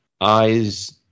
eyes